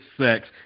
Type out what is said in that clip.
sex